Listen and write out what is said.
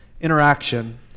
interaction